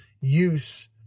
use